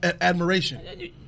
admiration